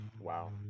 Wow